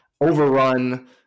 overrun